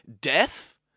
Death